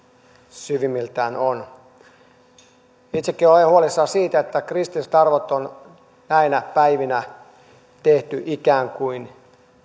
syvimmiltään on itsekin olen huolissani siitä että kristityt arvot on näinä päivinä tehty ikään kuin